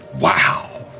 Wow